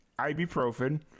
ibuprofen